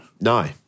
No